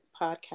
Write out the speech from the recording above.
podcast